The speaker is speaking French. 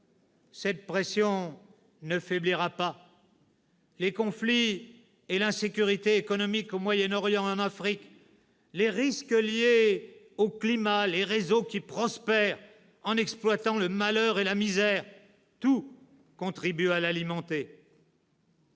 Cette pression ne faiblira pas : les conflits et l'insécurité économique au Moyen-Orient et en Afrique, les risques liés au climat, les réseaux qui prospèrent en exploitant le malheur et la misère, tout contribue à l'alimenter.